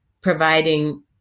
providing